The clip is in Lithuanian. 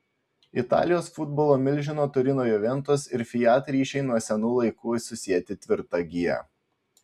italijos futbolo milžino turino juventus ir fiat ryšiai nuo senų laikų susieti tvirta gija